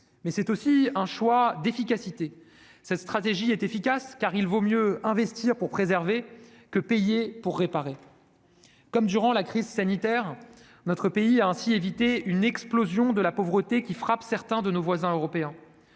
mais aussi un choix d'efficacité. Cette stratégie est efficace, car il vaut mieux investir pour préserver que payer pour réparer. Comme durant la crise sanitaire, notre pays a ainsi évité l'explosion de la pauvreté qui frappe certains de nos voisins européens.